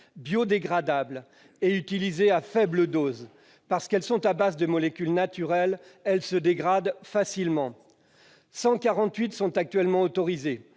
biodégradables et utilisées à faible dose. Parce qu'elles sont à base de molécules naturelles, elles se dégradent facilement. Actuellement,